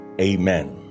Amen